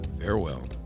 farewell